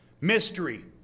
mystery